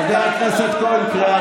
חבר הכנסת גנאים, די.